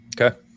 Okay